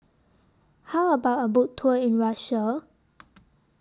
How about A Boat Tour in Russia